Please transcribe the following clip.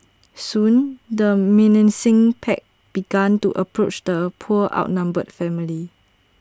soon the menacing pack began to approach the poor outnumbered family